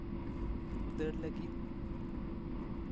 ᱫᱟᱹᱲ ᱞᱟᱹᱜᱤᱫ